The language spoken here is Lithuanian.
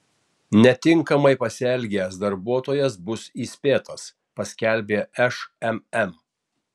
netinkamai pasielgęs darbuotojas bus įspėtas paskelbė šmm